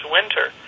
Winter